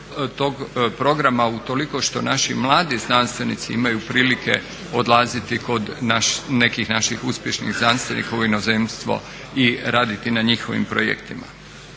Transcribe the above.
tog programa utoliko što naši mladi znanstvenici imaju prilike odlaziti kod nekih naših uspješnih znanstvenika u inozemstvo i raditi na njihovim projektima.